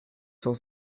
cent